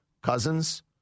Cousins